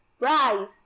rise